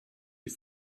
die